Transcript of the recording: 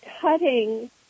cutting